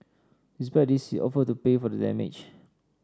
despite this offered to pay for the damage